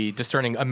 discerning